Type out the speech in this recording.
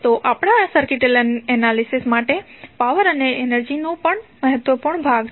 તો આપણા circuit analysis માટે પાવર અને એનર્જી પણ મહત્વપૂર્ણ ભાગ છે